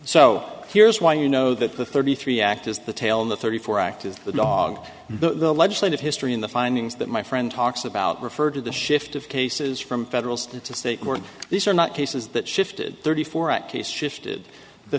so here's why you know that the thirty three act is the tail of the thirty four act of the dog the legislative history in the findings that my friend talks about referred to the shift of cases from federal state to state court these are not cases that shifted thirty four case shifted the